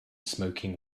smoking